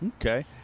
Okay